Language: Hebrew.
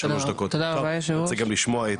תודה רבה היושב ראש,